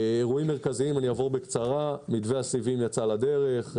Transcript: האירועים המרכזיים: מתווה הסיבים יצא לדרך,